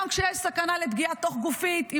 גם כשיש סכנה לפגיעה תוך גופית,